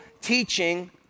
teaching